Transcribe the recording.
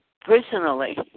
personally